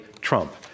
Trump